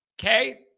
Okay